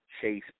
chase